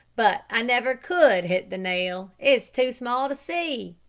but i never could hit the nail. it's too small to see.